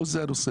לא זה הנושא.